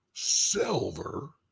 Silver